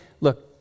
look